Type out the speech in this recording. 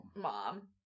Mom